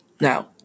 Now